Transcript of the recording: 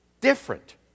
different